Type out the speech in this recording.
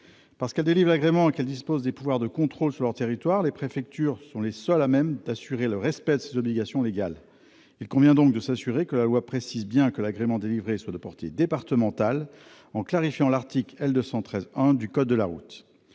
Parce qu'elles délivrent l'agrément et disposent des pouvoirs de contrôle sur leur territoire, les préfectures sont les seules à même d'assurer le respect de ces obligations légales. Il convient donc de s'assurer que la loi précise bien que l'agrément délivré est de portée départementale, en clarifiant l'article L. 213-1 du code de la route.